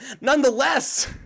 Nonetheless